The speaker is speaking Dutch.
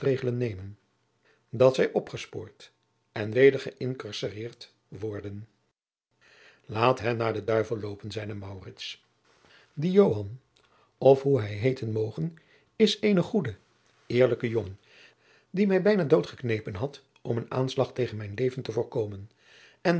regelen nemen dat zij opgespoord en weder geincarcereerd worden laat hen naar den duivel loopen zeide maurits die joan of hoe hij heeten moge is een goede eerlijke jongen die mij bijna doodgeknepen had om een aanslag tegen mijn leven te voorkomen en